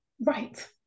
Right